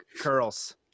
curls